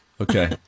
Okay